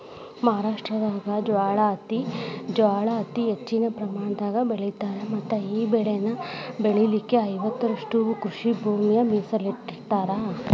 ಮಹಾರಾಷ್ಟ್ರದಾಗ ಜ್ವಾಳಾ ಅತಿ ಹೆಚ್ಚಿನ ಪ್ರಮಾಣದಾಗ ಬೆಳಿತಾರ ಮತ್ತಈ ಬೆಳೆನ ಬೆಳಿಲಿಕ ಐವತ್ತುರಷ್ಟು ಕೃಷಿಭೂಮಿನ ಮೇಸಲಿಟ್ಟರಾ